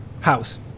house